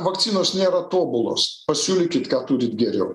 vakcinos nėra tobulos pasiūlykit ką turit geriau